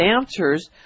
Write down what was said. answers